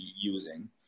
using